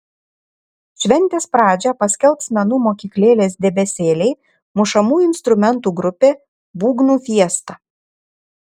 šventės pradžią paskelbs menų mokyklėlės debesėliai mušamųjų instrumentų grupė būgnų fiesta